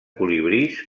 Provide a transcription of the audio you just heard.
colibrís